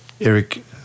Eric